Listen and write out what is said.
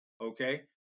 Okay